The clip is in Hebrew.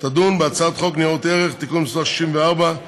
תדון בהצעת חוק ניירות ערך (תיקון מס' 64),